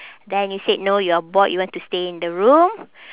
then you said no you're bored you want to stay in the room